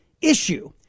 issue